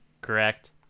Correct